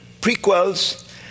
prequels